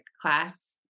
class